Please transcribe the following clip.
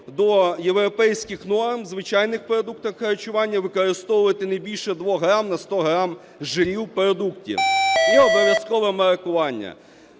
до європейських норм в звичайних продуктах харчування використовувати не більше 2 грамів на 100 грамів жирів в продукті і обов'язкове маркування.